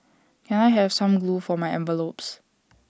can I have some glue for my envelopes